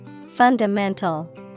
Fundamental